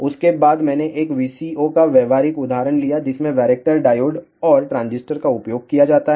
उसके बाद मैंने एक VCO का व्यावहारिक उदाहरण लिया जिसमें वैरेक्टर डायोड और ट्रांजिस्टर का उपयोग किया जाता है